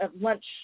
lunch